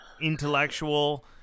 intellectual